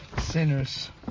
sinners